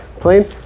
plane